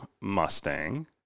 mustang